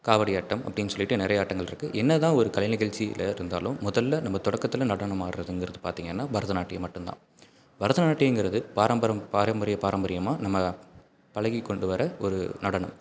காவடி ஆட்டம் அப்படின்னு சொல்லிட்டு நிறைய ஆட்டங்கள் இருக்குது என்னதான் ஒரு கலை நிகழ்ச்சியில் இருந்தாலும் முதல்ல நம்ம தொடக்கத்துதில் நடனம் ஆடுறதுங்கறது பார்த்திங்கன்னா பரதநாட்டியம் மட்டுந்தான் பரதநாட்டியங்கிறது பாரம்பரம் பாரம்பரிய பாரம்பரியமாக நம்ம பழகிக்கொண்டு வர ஒரு நடனம்